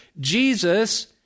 Jesus